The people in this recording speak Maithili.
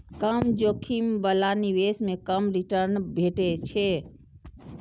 कम जोखिम बला निवेश मे कम रिटर्न भेटै छै